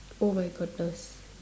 oh my goodness